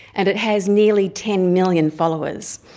and it has nearly ten million followers.